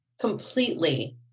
completely